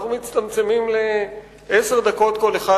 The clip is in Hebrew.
אנחנו מצטמצמים לעשר דקות כל אחד,